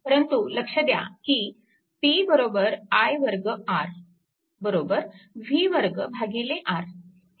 परंतु लक्ष द्या की p i वर्ग R v वर्ग भागिले R